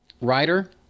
Writer